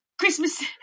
Christmas